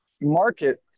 market